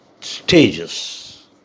stages